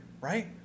right